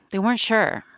they weren't sure.